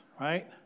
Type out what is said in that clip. right